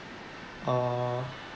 uh